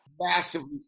massively